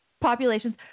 populations